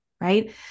right